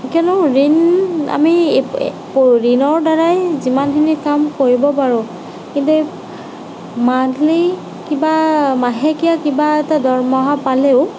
কিন্তু ঋণ আমি ঋণৰ দ্বাৰাই যিমানখিনি কাম কৰিব পাৰোঁ কিন্তু মান্থলি কিবা মাহেকীয়া কিবা এটা দৰমহা পালেও